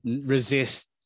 resist